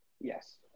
Yes